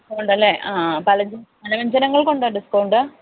ഓ ഉണ്ടല്ലേ ആ ആ പലവ്യഞ്ജനം പലവ്യഞ്ജനങ്ങള്ക്ക് ഉണ്ടോ ഡിസ്ക്കൗണ്ട്